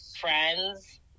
friends